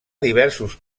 diversos